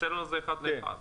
בסלולר זה אחד לאחד.